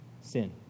sin